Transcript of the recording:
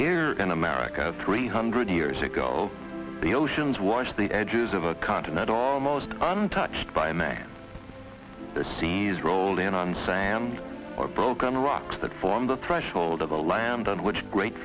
here in america three hundred years ago the oceans washed the edges of a continent are most untouched by man the seas roll in on sand or broken rocks that form the threshold of the land on which great